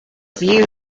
view